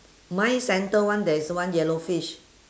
mine center one there is one yellow fish